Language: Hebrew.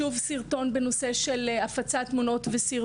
ישנו סרטון בנושא הפצת תמונות וסרטונים.